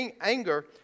anger